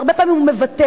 והרבה פעמים הוא מוותר.